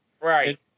right